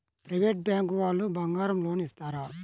Private bank వాళ్ళు బంగారం loan ఇస్తారా?